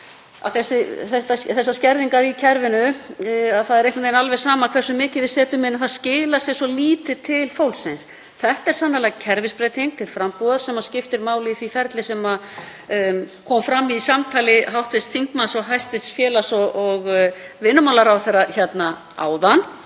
þessar skerðingar í kerfinu. Það er einhvern veginn alveg sama hversu mikið við setjum inn, það skilar sér svo lítið til fólksins. Þetta er sannarlega kerfisbreyting til frambúðar sem skiptir máli í ferlinu eins og kom fram í samtali hv. þingmanns og hæstv. félags- og vinnumálaráðherra hér áðan.